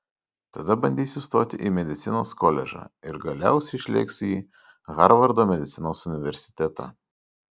tada bandysiu stoti į medicinos koledžą ir galiausiai išlėksiu į harvardo medicinos universitetą